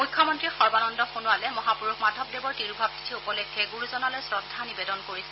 মুখ্যমন্ত্ৰী সৰ্বানন্দ সোণোৱালে মহাপুৰুষ মাধৱদেৱৰ তিৰোভাৱ তিথি উপলক্ষে গুৰুজনালৈ শ্ৰদ্ধা নিবেদন কৰিছে